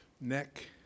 neck